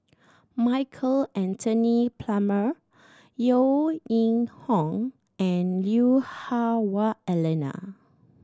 Michael Anthony Palmer Yeo Ning Hong and Lui Hah Wah Elena